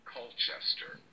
Colchester